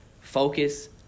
focus